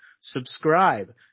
subscribe